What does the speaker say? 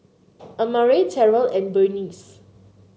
Amare Terell and Berneice